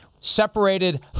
separated